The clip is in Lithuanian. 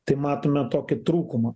tai matome tokį trūkumą